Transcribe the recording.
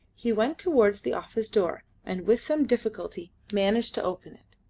he went towards the office door and with some difficulty managed to open it.